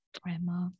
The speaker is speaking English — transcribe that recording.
Grandma